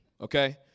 Okay